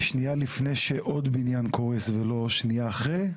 שנייה לפני שעוד בניין קורס ולא שנייה אחרי.